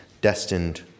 destined